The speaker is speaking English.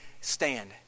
stand